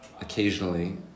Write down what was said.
occasionally